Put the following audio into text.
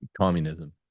Communism